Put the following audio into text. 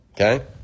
Okay